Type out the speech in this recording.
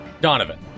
Donovan